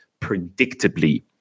predictably